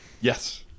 Yes